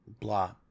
blah